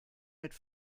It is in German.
mit